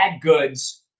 goods